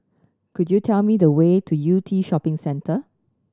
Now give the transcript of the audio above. could you tell me the way to Yew Tee Shopping Centre